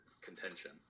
contention